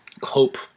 cope